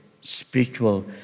spiritual